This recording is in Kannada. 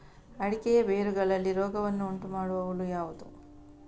ಅಡಿಕೆಯ ಬೇರುಗಳಲ್ಲಿ ರೋಗವನ್ನು ಉಂಟುಮಾಡುವ ಹುಳು ಯಾವುದು?